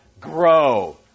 Grow